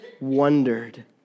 wondered